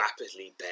rapidly